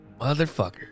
Motherfucker